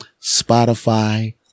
Spotify